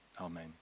Amen